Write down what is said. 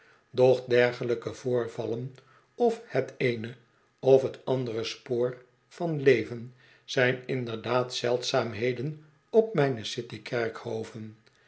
doch dergelijke voorvallen of het eene of andore spoor van leven zijn inderdaad zeldzaamhedon op mijne